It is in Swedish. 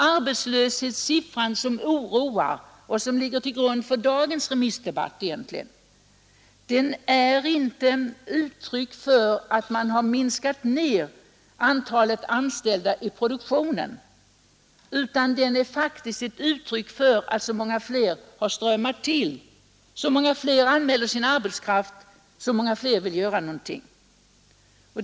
Arbetslöshetssiffran, sade han, som oroar och som egentligen ligger till grund för dagens remissdebatt, är inte uttryck för att man har minskat antalet anställda i produktionen, utan den är faktiskt ett uttryck för att så många fler har strömmat till — så många fler anmäler sin arbetskraft, så många fler vill göra någonting.